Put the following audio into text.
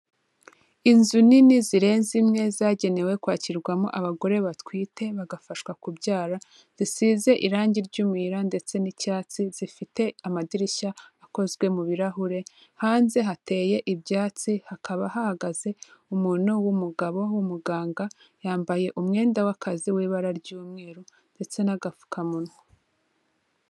Inzu nini zirenze imwe zagenewe kwakirwamo abagore batwite bagafashwa kubyara, zisize irangi ry'umuyira ndetse n'icyatsi zifite amadirishya akozwe mu birahure, hanze hateye ibyatsi hakaba hahagaze umuntu w'umugabo w'umuganga, yambaye umwenda w'akazi w'ibara ry'umweru ndetse n'agafukamunwa.